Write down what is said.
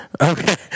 okay